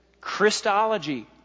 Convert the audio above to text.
Christology